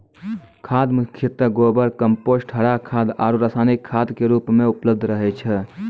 खाद मुख्यतः गोबर, कंपोस्ट, हरा खाद आरो रासायनिक खाद के रूप मॅ उपलब्ध रहै छै